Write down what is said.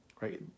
right